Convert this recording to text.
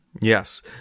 Yes